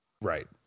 right